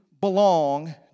belong